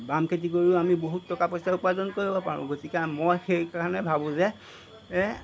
বাম খেতি কৰিও আমি বহুত টকা পইচা উপাৰ্জন কৰিব পাৰোঁ গতিকে মই সেইকাৰণে ভাবোঁ যে